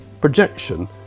projection